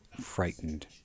frightened